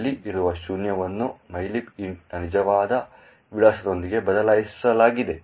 ಇಲ್ಲಿ ಇರುವ ಶೂನ್ಯವನ್ನು mylib int ನ ನಿಜವಾದ ವಿಳಾಸದೊಂದಿಗೆ ಬದಲಾಯಿಸಲಾಗಿದೆ